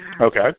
Okay